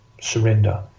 surrender